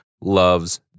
loves